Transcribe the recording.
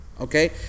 okay